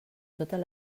totes